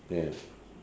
ya